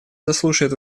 заслушает